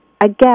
again